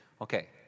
Okay